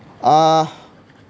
uh